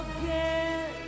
again